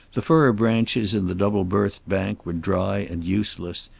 the fir branches in the double-berthed bunk were dry and useless,